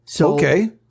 Okay